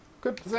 Good